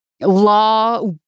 law